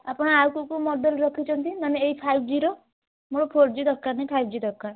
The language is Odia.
ଆପଣ ଆଉ କେଉଁ କେଉଁ ମଡ଼େଲ୍ ରଖିଛନ୍ତି ନା ମାନେ ଏଇ ଫାଇଫ୍ ଜି'ର ମୋର ଫୋର୍ ଜି ଦରକାର ନାହିଁ ଫାଇଫ୍ ଜି ଦରକାର